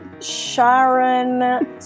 Sharon